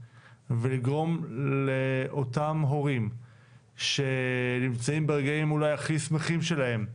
ולגרום לאותם הורים שנמצאים ברגעים אולי הכי שמחים שלהם,